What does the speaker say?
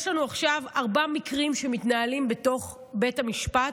יש לנו עכשיו ארבעה מקרים של עררים שמתנהלים בבית המשפט.